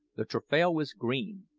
the taffrail was green.